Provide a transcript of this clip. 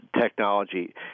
technology